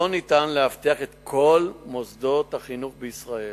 לא ניתן לאבטח את כל מוסדות החינוך בישראל,